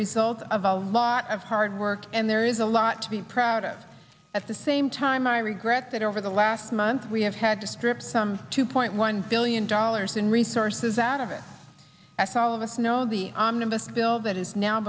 result of a lot of hard work and there is a lot to be proud of at the same time i regret that over the last month we have had to strip some two point one billion dollars in resources out of it as all of us know the omnibus bill that is now